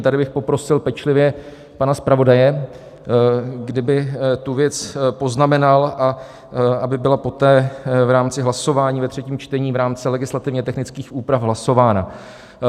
Tady bych poprosil pečlivě pana zpravodaje, kdyby tu věc poznamenal, aby byla poté v rámci hlasování ve třetím čtení v rámci legislativně technických úprav hlasována.